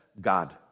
God